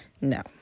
No